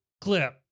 clip